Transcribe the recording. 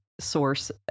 source